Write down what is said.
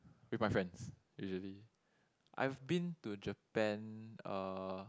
with my friends usually I've been to Japan uh